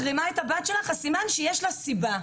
מתעללת בבת שלי והיא סוחפת את כל הכיתה,